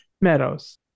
Meadows